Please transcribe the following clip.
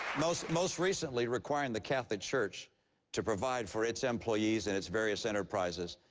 most most recently requiring the catholic church to provide for its employees and its various enterprises